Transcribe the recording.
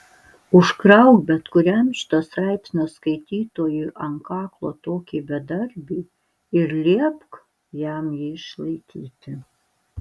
užkrauk bet kuriam šito straipsnio skaitytojui ant kaklo tokį bedarbį ir liepk jam jį išlaikyti